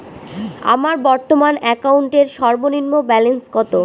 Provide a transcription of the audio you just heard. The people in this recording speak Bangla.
আমার বর্তমান অ্যাকাউন্টের সর্বনিম্ন ব্যালেন্স কত?